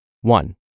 One